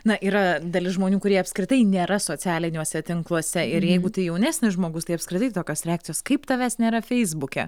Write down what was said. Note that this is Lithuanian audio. na yra dalis žmonių kurie apskritai nėra socialiniuose tinkluose ir jeigu tai jaunesnis žmogus tai apskritai tokios reakcijos kaip tavęs nėra feisbuke